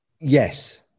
Yes